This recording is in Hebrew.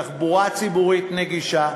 תחבורה ציבורית נגישה,